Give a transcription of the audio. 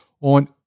on